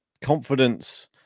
confidence